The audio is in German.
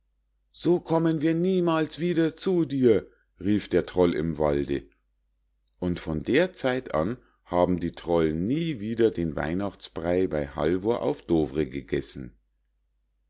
so kommen wir niemals wieder zu dir rief der troll im walde und von der zeit an haben die trollen nie wieder den weihnachtsbrei bei halvor auf dovre gegessen